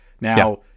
Now